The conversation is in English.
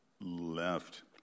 left